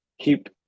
Keep –